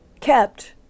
kept